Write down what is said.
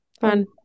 fun